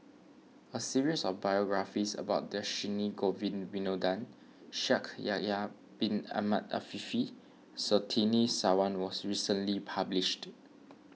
a series of biographies about Dhershini Govin Winodan Shaikh Yahya Bin Ahmed Afifi and Surtini Sarwan was recently published